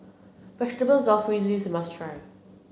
Vegetable Jalfrezi is a must try